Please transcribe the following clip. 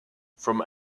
from